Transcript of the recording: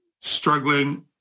struggling